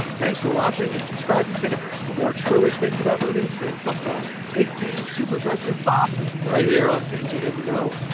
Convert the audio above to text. thanks for watching and subscribe to cinefix, for more true-ish things about movies, and sometimes eighteen super festive right here on things you didn't know.